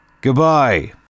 goodbye